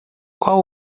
qual